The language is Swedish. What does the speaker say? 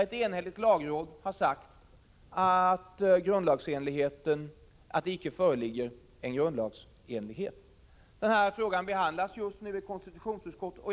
Ett enhälligt lagråd har sagt att det där icke föreligger en grundlagsenlighet. Denna fråga behandlas just nu i konstitutionsutskottet.